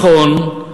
נכון,